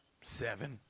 Seven